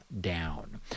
down